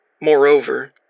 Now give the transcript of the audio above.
Moreover